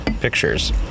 pictures